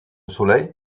soleil